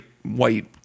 white